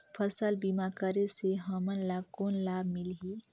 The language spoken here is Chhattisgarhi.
फसल बीमा करे से हमन ला कौन लाभ मिलही?